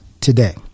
today